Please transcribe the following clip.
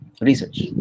research